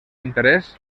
interès